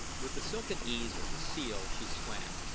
with the silken ease of the seal she swam,